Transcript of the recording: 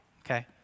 okay